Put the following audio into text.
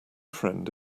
friend